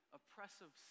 oppressive